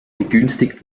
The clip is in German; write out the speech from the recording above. begünstigt